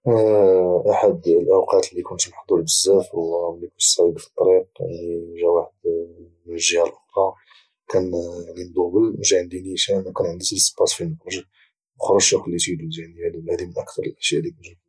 احد الاوقات اللي كنت محظوظ بزاف وهو ملي كنت سايق في طريق يعني جاء واحد من الجهه الاخرى كان مضوبل وجاء عندي نيشان كان عندي ما كانش عندي ليسباس فين نخرج خرج وخليته يدوز يعني هذا هو اكثر الاشياء اللي كنت محطوط فيها بزاف